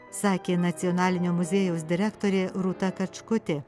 sakė nacionalinio muziejaus direktorė rūta kačkutė